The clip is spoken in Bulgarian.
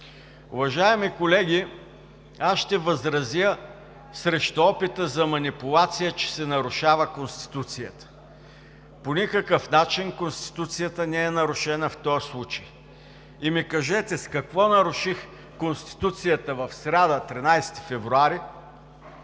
Уважаеми колеги, аз ще възразя срещу опита за манипулация, че се нарушава Конституцията. По никакъв начин Конституцията не е нарушена в този случай. И ми кажете: с какво наруших Конституцията в сряда, 13 февруари,